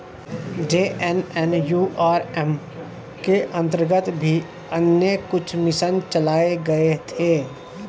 JNNURM के अंतर्गत भी अन्य कुछ मिशन चलाए गए थे